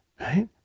Right